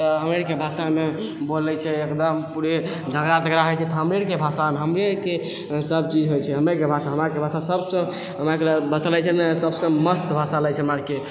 तऽ हमरा आरके भाषामे बोलै छै एकदम पूरे झगड़ा तगड़ा होइ छै तऽ हमरे आरके भाषामे हमरेके सब चीज होइ छै हमरेके हमराके भाषामे सब सब हमरा आरके भाषामे होइ छै ने सब से मस्त भाषा लागै छै हमरा आरके